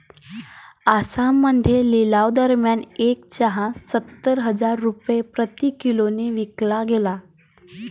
आसाममध्ये लिलावादरम्यान एक चहा सत्तर हजार रुपये प्रति किलोने विकला गेला